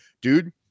dude